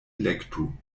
elektu